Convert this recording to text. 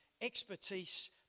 expertise